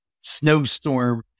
snowstorm